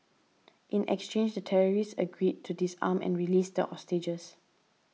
in exchange the terrorists agreed to disarm and released the hostages